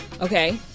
Okay